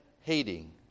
hating